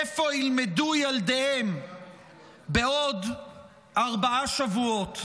איפה ילמדו ילדיהן בעוד ארבעה שבועות,